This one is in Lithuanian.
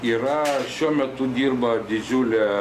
yra šiuo metu dirba didžiulė